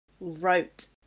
wrote